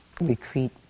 retreat